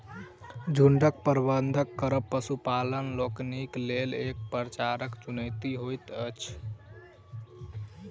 झुंडक प्रबंधन करब पशुपालक लोकनिक लेल एक प्रकारक चुनौती होइत अछि